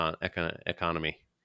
economy